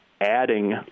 adding